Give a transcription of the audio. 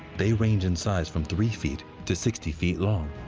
they range in size from three feet to sixty feet long.